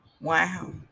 Wow